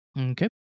Okay